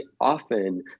often